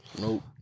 Nope